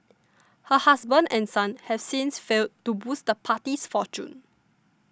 her husband and son have since failed to boost the party's fortunes